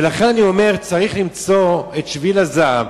ולכן אני אומר, צריך למצוא את שביל הזהב.